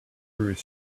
through